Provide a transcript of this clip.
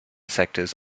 sectors